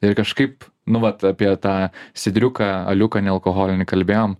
ir kažkaip nu vat apie tą sidriuką aliuką nealkoholinį kalbėjom